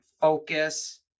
focus